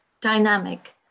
dynamic